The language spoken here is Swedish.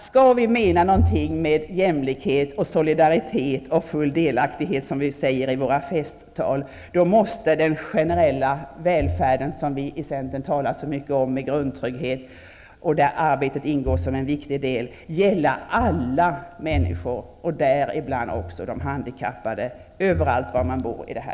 Skall vi mena någonting med jämlikhet, solidaritet och full delaktighet, som vi säger i våra festtal, måste den generella välfärden, som vi i centern talar så mycket om, med grundtrygghet, där arbetet ingår som en viktig del, gälla alla människor, däribland också de handikappade var i landet man än bor.